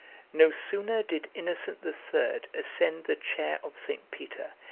no sooner did innocent the third ascend the chair of st. peter,